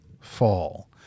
fall